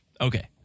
okay